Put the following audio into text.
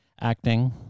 acting